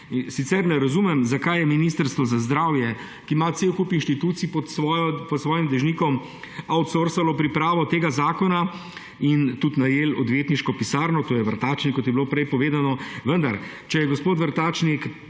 Sicer ne razumem, zakaj je Ministrstvo za zdravje, ki ima cel kup inštitucij pod svojim dežnikom, outsourcalo pripravo tega zakona in tudi najelo odvetniško pisarno, to je Vrtačnik, kot je bilo prej povedano. Vendar če je gospod Vrtačnik